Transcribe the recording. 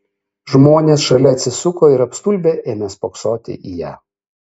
žmonės šalia atsisuko ir apstulbę ėmė spoksoti į ją